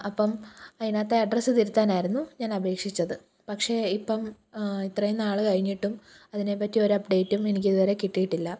അപ്പോള് അതിനകത്തെ അഡ്രസ്സ് തിരുത്തനായിരുന്നു ഞാൻ അപേക്ഷിച്ചത് പക്ഷെ ഇപ്പോള് ഇത്രയും നാള് കഴിഞ്ഞിട്ടും അതിനെപ്പറ്റി ഒരു അപ്ഡേറ്റും എനിക്കിതുവരെ കിട്ടിയിട്ടില്ല